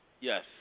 Yes